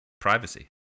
privacy